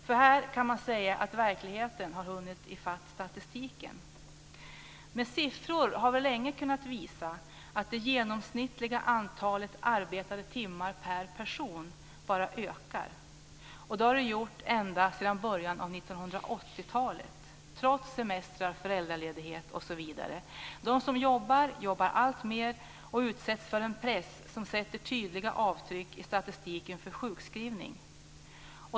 Här kan man alltså säga att verkligheten har hunnit i fatt statistiken. Med siffror har vi länge kunnat visa att det genomsnittliga antalet arbetade timmar per person bara ökar. Så har det varit ända sedan början av 1980-talet, trots semestrar, föräldraledighet osv. De som har jobb jobbar alltmer och utsätts för en press som ger tydliga avtryck i statistiken för sjukskrivning.